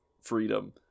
freedom